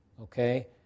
okay